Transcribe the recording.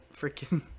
freaking